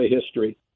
history